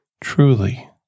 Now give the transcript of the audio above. truly